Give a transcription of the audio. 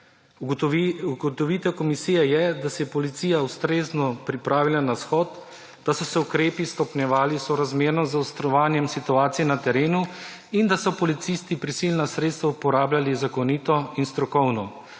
Ugotovitev komisije je, da se je policija ustrezno pripravila na shod, da so se ukrepi stopnjevali sorazmerno z zaostrovanjem situacije na terenu in da so policisti prisilna sredstva uporabljali zakonito in strokovno.